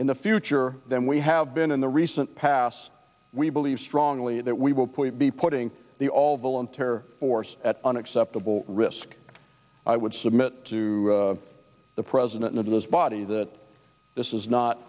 in the future then we have been in the recent past we believe strongly that we will be putting the all volunteer force at an acceptable risk i would submit to the president of this body that this is not